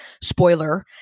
spoiler